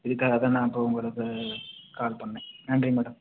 இதற்காக தான் நான் இப்போ உங்களுக்கு கால் பண்ணேன் நன்றி மேடம்